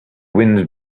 wind